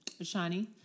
Shani